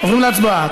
עוברים להצבעה.